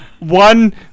One